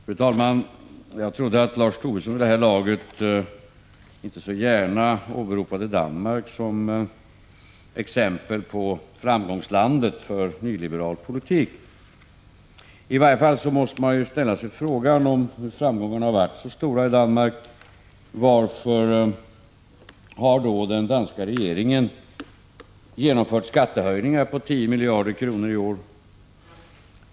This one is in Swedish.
Fru talman! Jag trodde att Lars Tobisson vid det här laget inte så gärna skulle åberopa Danmark som exempel på ett framgångsland när det gäller nyliberal politik. I varje fall måste man fråga sig: Om framgångarna har varit så stora i Danmark, varför har då den danska regeringen genomfört skattehöjningar på 10 miljarder kronor i år?